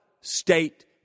state